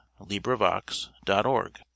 LibriVox.org